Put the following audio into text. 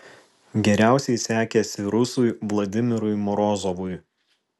geriausiai sekėsi rusui vladimirui morozovui